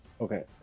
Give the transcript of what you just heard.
Okay